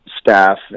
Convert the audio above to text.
staff